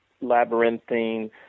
labyrinthine